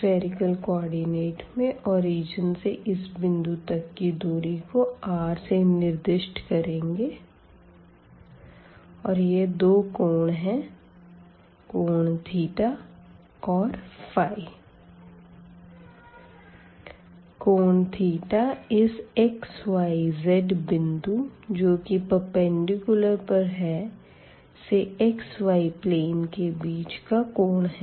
spherical coordinate में origin से इस बिंदु तक की दूरी को r से निर्दिष्ट करेंगे और यह दो कोण है कोण और कोण इस x y z बिंदु जो की प्रपेंडिकूलर पर है से xy प्लेन के बीच का कोण है